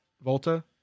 Volta